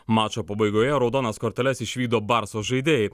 mačo pabaigoje raudonas korteles išvydo barso žaidėjai